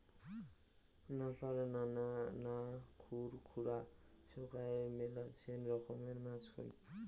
নাপার না, খুর খুরা সোগায় মেলাছেন রকমের মাছ হই